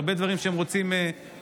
הרבה דברים שהם רוצים לשנות,